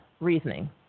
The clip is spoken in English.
reasoning